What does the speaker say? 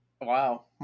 wow